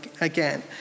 again